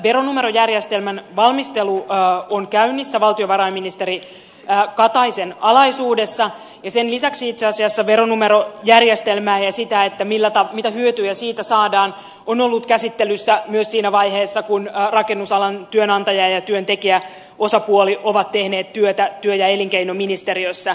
veronumerojärjestelmän valmistelu on käynnissä valtiovarainministeri kataisen alaisuudessa ja sen lisäksi itse asiassa veronumerojärjestelmä ja se mitä hyötyjä siitä saadaan on ollut käsittelyssä myös siinä vaiheessa kun rakennusalan työnantaja ja työntekijäosapuoli ovat tehneet työtä työ ja elinkeinoministeriössä